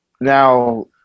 Now